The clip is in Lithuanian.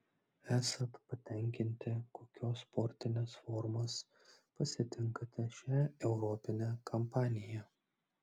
esat patenkinti kokios sportinės formos pasitinkate šią europinę kampaniją